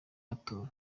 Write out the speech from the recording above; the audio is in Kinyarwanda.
batowe